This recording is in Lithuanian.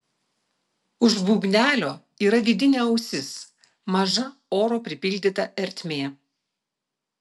už būgnelio yra vidinė ausis maža oro pripildyta ertmė